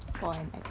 yeah